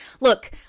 look